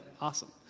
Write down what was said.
awesome